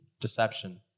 Deception